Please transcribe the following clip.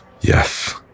Yes